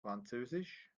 französisch